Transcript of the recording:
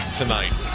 tonight